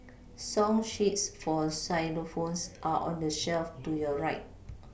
song sheets for xylophones are on the shelf to your right